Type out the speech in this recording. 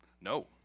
no